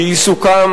גם בירושלים